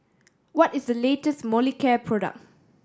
what is the latest Molicare product